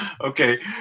okay